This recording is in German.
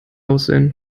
aussehen